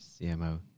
CMO